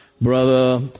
brother